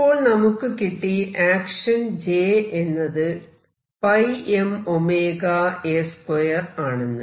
ഇപ്പോൾ നമുക്ക് കിട്ടി ആക്ഷൻ J എന്നത് πmωA2 ആണെന്ന്